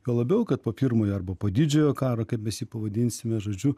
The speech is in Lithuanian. juo labiau kad po pirmojo arba po didžiojo karo kaip mes jį pavadinsime žodžiu